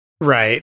Right